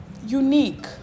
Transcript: unique